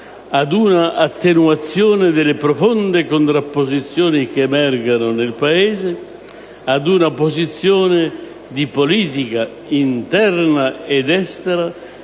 ad una attenuazione delle profonde contrapposizioni che emergono nel Paese, ad una posizione di politica interna ed estera